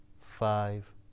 five